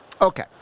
Okay